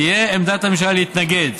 תהיה עמדת הממשלה להתנגד.